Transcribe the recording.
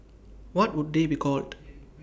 what would they be called